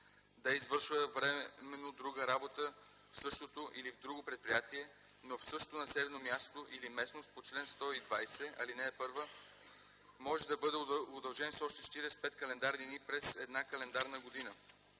да извършва временно друга работа в същото или в друго предприятие, но в същото населено място или местност по чл.120, ал. 1, може да бъде удължен с още 45 календарни дни през една календарна година.